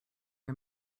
are